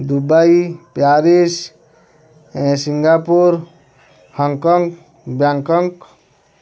Dubai Paris Singapore Hong Kong Bangkok